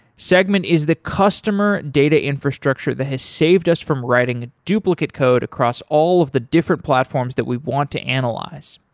segment is the customer data infrastructure that has saved us from writing duplicate code across all of the different platforms that we want to analyze.